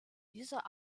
dieser